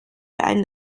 einen